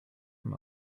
from